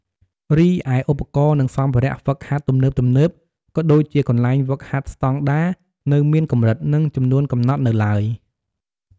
រីឯឧបករណ៍ និងសម្ភារៈហ្វឹកហាត់ទំនើបៗ ក៏ដូចជាកន្លែងហ្វឹកហាត់ស្តង់ដារ នៅមានកម្រិត និងចំនួនកំណត់នៅឡើយ។